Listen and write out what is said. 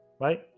Right